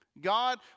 God